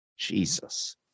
Jesus